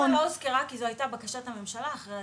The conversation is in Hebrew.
היא לא הוזכרה כי זו הייתה בקשת הממשלה אחרי הדיון.